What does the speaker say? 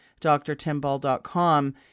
drtimball.com